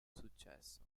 successo